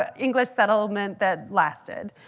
ah english settlement that lasted.